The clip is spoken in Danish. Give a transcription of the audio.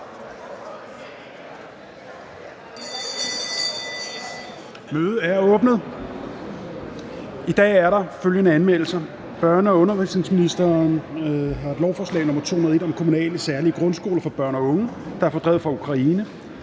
Mødet er åbnet. I dag er der følgende anmeldelser: Børne- og undervisningsministeren (Pernille Rosenkrantz-Theil): Lovforslag nr. L 201 (Forslag til lov om kommunale særlige grundskoler for børn og unge, der er fordrevet fra Ukraine)